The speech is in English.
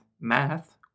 math